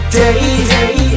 day